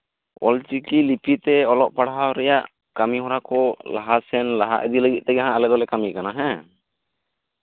ᱚᱞᱪᱤᱠᱤ ᱞᱤᱯᱤᱛᱮ ᱠᱟᱹᱢᱤ ᱦᱚᱨᱟ ᱠᱚ ᱞᱟᱦᱟ ᱥᱮᱱ ᱞᱟᱦᱟ ᱤᱫᱤ ᱞᱟᱹᱜᱤᱫ ᱛᱮᱜᱮ ᱟᱞᱮ ᱫᱚᱞᱮ ᱠᱟᱹᱢᱤ ᱠᱟᱱᱟ ᱦᱮᱸ